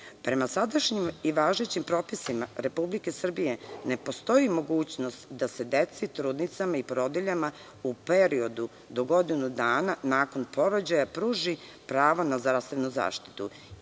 sadašnjim i važećim propisima Republike Srbije, ne postoji mogućnost da se deci, trudnicama i porodiljama u periodu do godinu dana nakon porođaja pruži pravo na zdravstvenu zaštitu